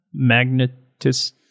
magnetist